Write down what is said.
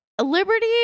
Liberty